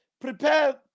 prepare